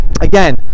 Again